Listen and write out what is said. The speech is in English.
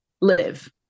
live